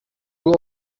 will